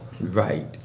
right